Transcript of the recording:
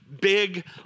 big